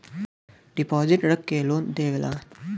deposit रख के loan देवेला